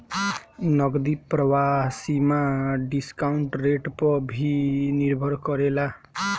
नगदी प्रवाह सीमा डिस्काउंट रेट पअ भी निर्भर करेला